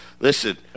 Listen